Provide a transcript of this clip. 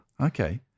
Okay